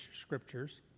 scriptures